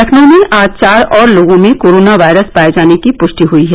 लखनऊ में आज चार और लोगों में कोरोना वायरस पाये जाने की पुष्टि हुयी है